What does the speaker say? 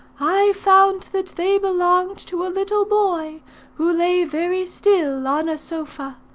i found that they belonged to a little boy who lay very still on a sofa.